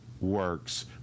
works